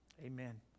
Amen